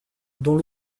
dont